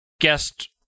Guest